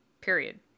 Period